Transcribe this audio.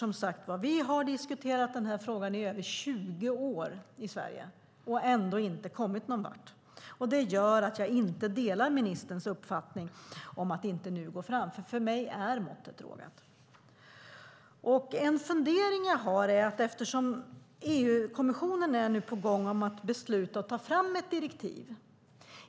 Som sagt var, vi har diskuterat den här frågan i över 20 år i Sverige och ändå inte kommit någon vart, och det gör att jag inte delar ministerns uppfattning om att inte gå fram nu, för måttet är rågat för mig. En fundering som jag har rör att EU-kommissionen nu är på gång med att besluta om att ta fram ett direktiv.